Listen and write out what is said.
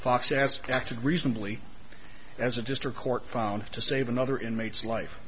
fox as acted reasonably as a district court found to save another inmate's life